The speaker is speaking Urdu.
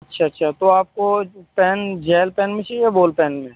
اچھا اچھا تو آپ کو پین جیل پین میں چاہیے یا بال پین میں